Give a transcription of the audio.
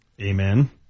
Amen